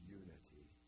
unity